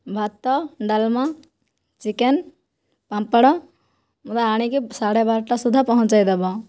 ଭାତ ଡାଲମା ଚିକେନ ପାମ୍ପଡ଼ ମୋତେ ଆଣିକି ସାଢ଼େ ବାରଟା ସୁଧା ପହଞ୍ଚେଇ ଦେବ